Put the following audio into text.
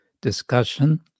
discussion